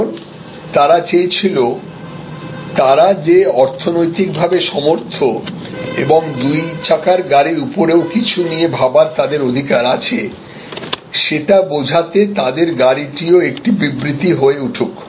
কারণ তারা চেয়েছিল তারা যে অর্থনৈতিকভাবে সমর্থ এবং দুই চাকার গাড়ির উপরেও কিছু নিয়ে ভাবার তাদের অধিকার আছে সেটা বোঝাতে তাদের গাড়িটিও একটি বিবৃতি হয়ে উঠুক